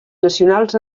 nacionals